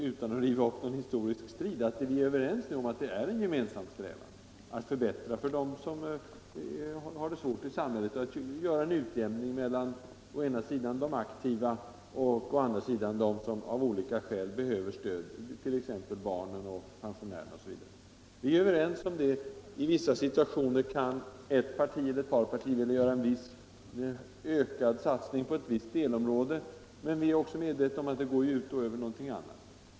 Utan att riva upp en historisk strid vill jag säga att vi är överens om att det är en gemensam strävan att förbättra för dem som har det svårt i samhället och göra en utjämning mellan å ena sidan de aktiva och å andra sidan dem som av olika skäl behöver stöd, t.ex. barn och pensionärer. I vissa situationer kan ett parti eller ett par partier vilja göra en ökad satsning på något delområde, men vi är också medvetna om att det då går ut över någonting annat.